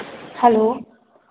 hello